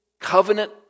covenant